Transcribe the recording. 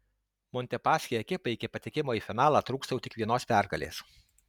montepaschi ekipai iki patekimo į finalą trūksta jau tik vienos pergalės